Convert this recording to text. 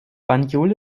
banjul